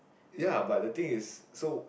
ya but the thing is so